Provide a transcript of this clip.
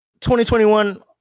2021